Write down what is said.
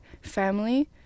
family